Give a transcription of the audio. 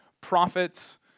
prophets